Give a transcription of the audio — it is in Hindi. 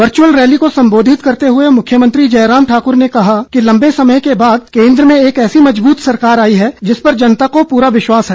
वर्चुअल रैली को संबोधित करते हुए मुख्यमंत्री जयराम ठाकुर ने कहा कि लम्बे समय बाद केन्द्र में एक ऐसी मजबूत सरकार आई है जिस पर जनता को पूरा विश्वास है